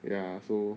ya so